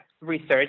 research